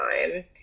time